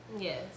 yes